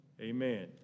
amen